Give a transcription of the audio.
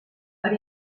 per